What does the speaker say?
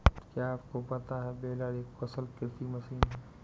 क्या आपको पता है बेलर एक कुशल कृषि मशीन है?